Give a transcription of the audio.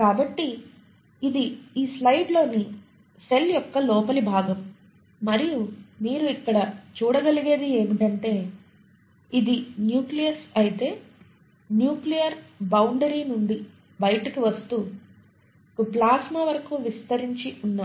కాబట్టి ఇది ఈ స్లైడ్లోని సెల్ యొక్క లోపలి భాగం మరియు మీరు ఇక్కడ చూడగలిగేది ఏమిటంటే ఇది న్యూక్లియస్ అయితే న్యూక్లియర్ బౌండరీ నుండి బయటికి వస్తూ మీరు ప్లాస్మా వరకు విస్తరించి ఉన్న